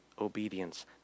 obedience